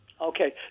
Okay